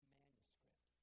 manuscript